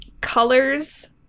colors